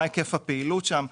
מה היקף הפעילות שם.